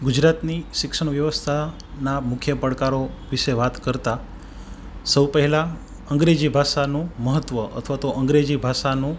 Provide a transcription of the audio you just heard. ગુજરાતની શિક્ષણ વ્યવસ્થાના મુખ્ય પડકારો વિશે વાત કરતાં સૌ પહેલા અંગ્રેજી ભાષાનું મહત્વ અથવા તો અંગ્રેજી ભાષાનું